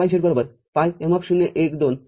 Fxyz ∏ M०१२ M0